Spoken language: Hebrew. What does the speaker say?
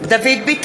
(קוראת בשמות חברי הכנסת) דוד ביטן,